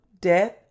death